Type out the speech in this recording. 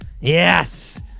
Yes